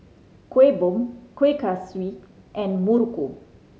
Kueh Bom Kueh Kaswi and muruku